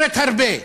אומרת הרבה.